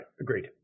Agreed